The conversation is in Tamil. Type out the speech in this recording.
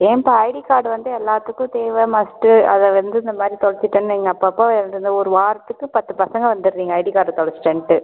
ஏன்ப்பா ஐடி கார்டு வந்து எல்லாத்துக்கும் தேவை மஸ்ட்டு அதை வந்து இந்த மாதிரி தொலைச்சிட்டேன்னு நீங்கள் அப்போ அப்போ ஒரு வாரத்துக்கு பத்து பசங்க வந்துடுரிங்க ஐடி கார்டை தொலைச்சிட்டன்ட்டு